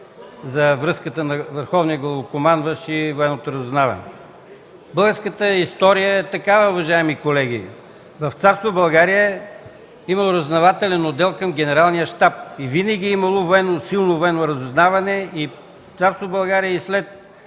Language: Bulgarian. Върховния главнокомандващ и Военното разузнаване. Българската история е такава, уважаеми колеги – в царство България е имало разузнавателен отдел към Генералния щаб. Винаги е имало силно военно разузнаване – и в царство България, и след